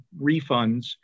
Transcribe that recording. refunds